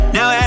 Now